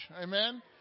amen